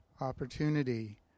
opportunity